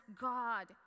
God